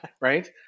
right